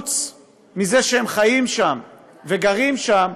מלבד זה שהם חיים שם וגרים שם,